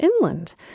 inland